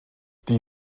die